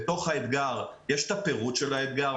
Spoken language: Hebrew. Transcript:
בתוך האתגר יש את הפירוט של האתגר,